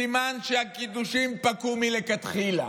סימן שהקידושין פקעו מלכתחילה?